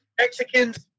Mexicans